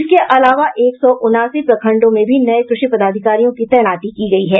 इसके अलावा एक सौ उनासी प्रखंडों में भी नये कृषि पदाधिकारियों की तैनाती की गयी है